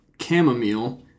chamomile